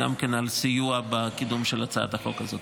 על סיוע בקידום הצעת החוק הזאת.